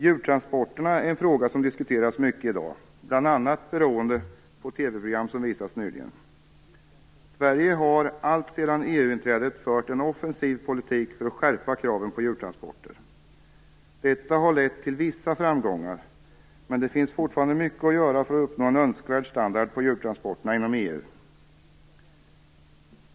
Djurtransporterna är en fråga som diskuteras mycket i dag, bl.a. beroende på TV-program som visats nyligen. Sverige har alltsedan EU-inträdet fört en offensiv politik för att skärpa kraven på djurtransporter. Detta har lett till vissa framgångar, men det finns fortfarande mycket att göra för att uppnå en önskvärd standard på djurtransporterna inom EU.